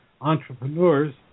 entrepreneurs